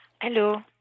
Hello